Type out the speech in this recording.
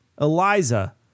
Eliza